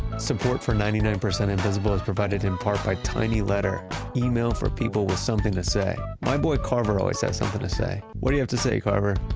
support for ninety nine percent invisible is provided in part by tinyletter, email for people with something to say. my boy, carver, always has um something to say. what do you have to say, carver?